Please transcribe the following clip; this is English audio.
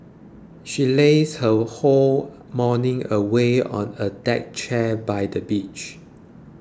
she lazed her whole morning away on a deck chair by the beach